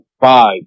five